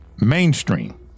Mainstream